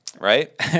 Right